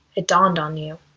it dawned on you.